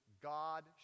God